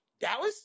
Dallas